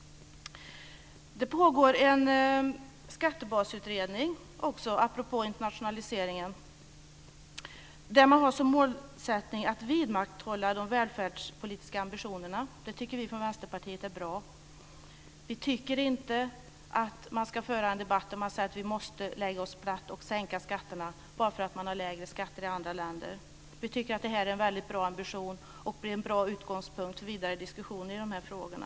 Det pågår apropå internationaliseringen också en skattebasutredning där man har som målsättning att vidmakthålla de välfärdspolitiska ambitionerna. Vi från Vänsterpartiet tycker att det är bra. Vi tycker inte att vi i vårt land måste lägga oss platt i debatten och sänka skatterna bara därför att man i andra länder har lägre skatter. Vi tycker att vårt land har bra ambitioner och en bra utgångspunkt för vidare diskussioner i de här frågorna.